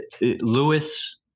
Lewis